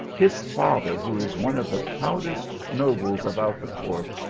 his father, who is one of the proudest nobles about the court,